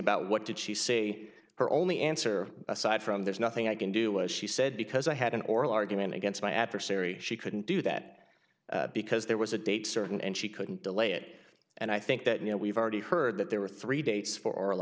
about what did she say her only answer aside from there's nothing i can do is she said because i had an oral argument against my adversary she couldn't do that because there was a date certain and she couldn't delay it and i think that you know we've already heard that there were three dates for o